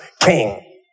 king